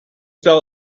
felt